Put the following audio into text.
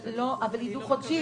אבל היא דו-חודשית,